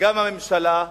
וגם מהממשלה,